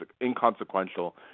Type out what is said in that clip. inconsequential